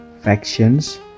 factions